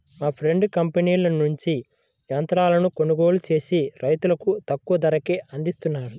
మా ఫ్రెండు కంపెనీల నుంచి యంత్రాలను కొనుగోలు చేసి రైతులకు తక్కువ ధరకే అందిస్తున్నాడు